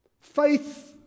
Faith